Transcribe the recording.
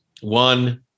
one